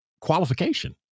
qualification